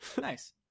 nice